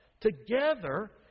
together